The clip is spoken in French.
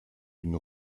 une